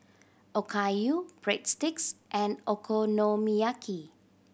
Okayu Breadsticks and Okonomiyaki